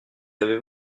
avez